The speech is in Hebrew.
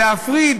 להפריד